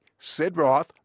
Sidroth